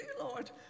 Lord